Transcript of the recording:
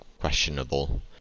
questionable